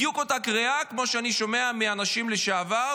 זו בדיוק אותה קריאה כמו שאני שומע מאנשים שהם לשעבר,